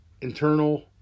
internal